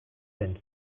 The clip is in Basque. zen